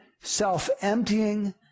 self-emptying